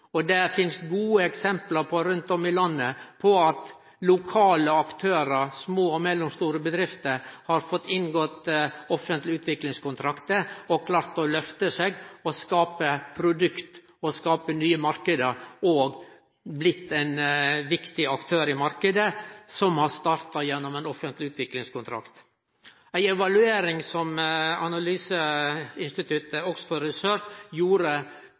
finst det gode eksempel på at lokale aktørar, små og mellomstore bedrifter, har inngått offentlege utviklingskontraktar, har klart å løfte seg – har klart å skape produkt og nye marknader – og har blitt viktige aktørar i marknaden, noko som starta gjennom ein offentleg utviklingskontrakt. Ei evaluering som analyseinstituttet